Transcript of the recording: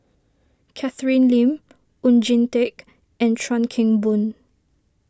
Catherine Lim Oon Jin Teik and Chuan Keng Boon